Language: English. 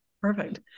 Perfect